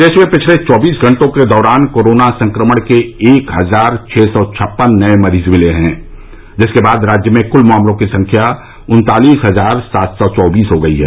प्रदेश में पिछले चौबीस घंटों के दौरान कोरोना संक्रमण के एक हजार छः सौ छप्पन नये मरीज मिले हैं जिसके बाद राज्य में कूल मामलों की संख्या उन्तालीस हजार सात सौ चौबीस हो गई है